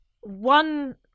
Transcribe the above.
one